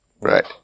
Right